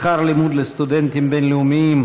20) (שכר לימוד לסטודנטים בין-לאומיים),